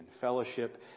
fellowship